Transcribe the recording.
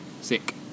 sick